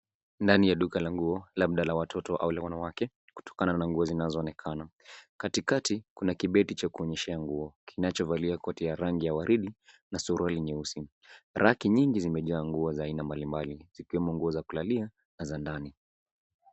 Ndani ya duka la nguo, labda ya watoto au la wanawake kutokana na nguo zinazoonekana. Katikati kuna kibeti cha kuonyeshea nguo kinachovalia koti ya rangi ya waridi na suruali nyeusi. Raki nyingi zimejaa nguo za aina mbalimbali zikiwemo nguo za kulalia na za ndani.